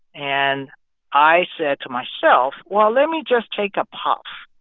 and i said to myself, well, let me just take a puff.